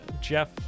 Jeff